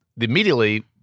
immediately